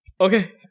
Okay